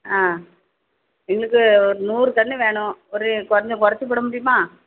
ஆ எங்களுக்கு ஒரு நூறு கன்று வேணும் ஒரு கொஞ்சம் குறைச்சு போடமுடியுமா